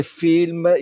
film